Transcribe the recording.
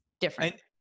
different